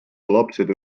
lapsed